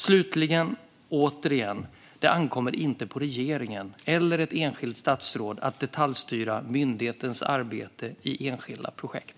Slutligen och återigen: Det ankommer inte på regeringen eller ett enskilt statsråd att detaljstyra myndighetens arbete i enskilda projekt.